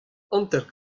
hanter